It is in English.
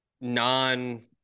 non